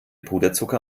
puderzucker